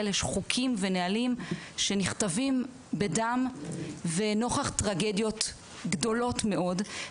לצערנו יש חוקים ונהלים שנכתבים בדם ונוכח טרגדיות גדולות מאוד.